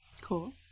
Cool